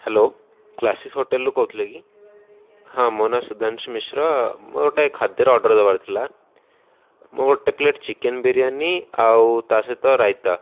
hello କ୍ଲାସିସ୍ ହୋଟେଲ୍ରୁ କହୁଥିଲେ କି ହଁ ମୋ ନାଁ ସୁଧାଂଶ ମିଶ୍ର ମୋର ଗୋଟେ ଖାଦ୍ୟର ଅର୍ଡ଼ର୍ ଦବାର ଥିଲା ମୋ ଗୋଟେ ପ୍ଲେଟ୍ ଚିକେନ୍ ବିରିୟାନୀ ଆଉ ତା ସହିତ ରାଇତା